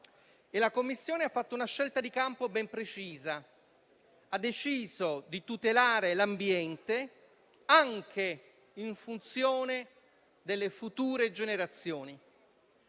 La Commissione ha dunque fatto una scelta di campo ben precisa, decidendo di tutelare l'ambiente, anche in funzione delle future generazioni.